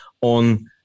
on